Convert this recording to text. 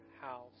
house